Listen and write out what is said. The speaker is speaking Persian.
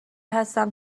هستم